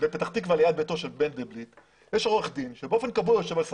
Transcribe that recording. בפתח תקווה ליד ביתו של מנדלבליט יש עורך דין שבאופן קבוע יושב על ספסל.